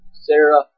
Sarah